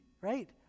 right